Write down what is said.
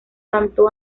canto